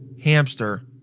hamster